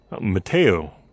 Mateo